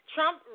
Trump